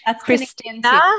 Christina